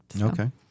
Okay